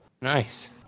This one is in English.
nice